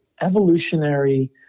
evolutionary